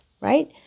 right